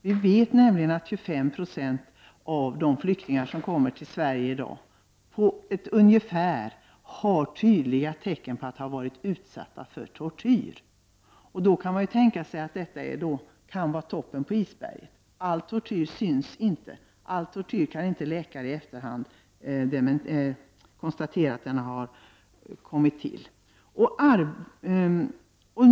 Vi vet nämligen att ca 25 26 av de flyktingar som kommer till Sverige i dag uppvisar tydliga tecken på att de har varit utsatta för tortyr. Förmodligen är det bara toppen på isberget som man ser. All tortyr syns inte, så att läkarna kan konstatera det i efterhand.